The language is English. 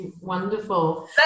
wonderful